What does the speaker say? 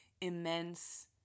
immense